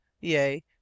yea